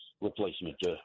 replacement